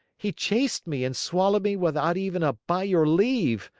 he chased me and swallowed me without even a by your leave!